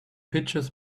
pitchers